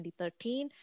2013